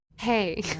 hey